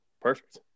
Perfect